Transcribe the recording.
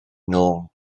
nôl